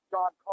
John